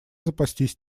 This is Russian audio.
запастись